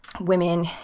women